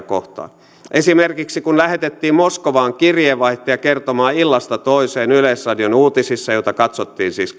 kohtaan esimerkiksi kun lähetettiin moskovaan kirjeenvaihtaja kertomaan illasta toiseen yleisradion uutisissa joita katsottiin siis